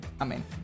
Amen